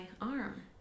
arm